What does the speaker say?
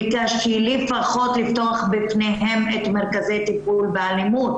ביקשתי לפחות לפתוח בפניהם את מרכזי הטיפול באלימות,